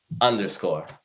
underscore